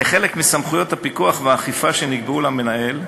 כחלק מסמכויות הפיקוח והאכיפה שנקבעו למנהל,